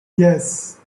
yes